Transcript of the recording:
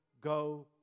Go